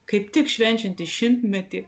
kaip tik švenčiantis šimtmetį